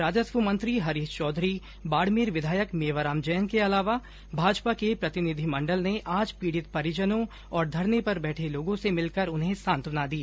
राजस्व मंत्री हरीश चौधरी बाड़मेर विधायक मेवाराम जैन के अलावा भाजपा के प्रतिनिधिमंडल ने आज पीड़ित परिजनों और धरने पर बैठे लोगों से मिलकर उन्हें सांत्वना दी